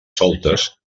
soltes